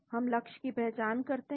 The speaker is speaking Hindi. हम लक्ष्य की पहचान करते हैं